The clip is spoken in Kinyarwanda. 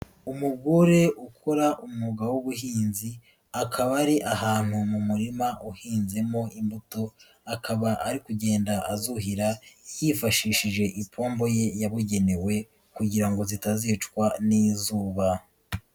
Umugore ukora umwuga w'ubuhinzi, akaba ari ahantu mu murima uhinzemo imbuto, akaba ari kugenda azuhira, yifashishije ipombo ye yabugenewe kugira ngo zitazicwa n'izuba.